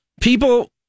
people